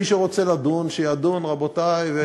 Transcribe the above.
מי שרוצה לדון, שידון, רבותי.